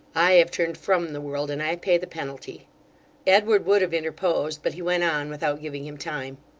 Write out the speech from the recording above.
i have turned from the world, and i pay the penalty edward would have interposed, but he went on without giving him time.